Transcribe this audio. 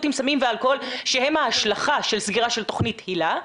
עם סמים ואלכוהול שהם ההשלכה של סגירת תכנית היל"ה,